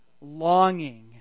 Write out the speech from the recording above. longing